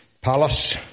Palace